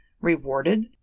rewarded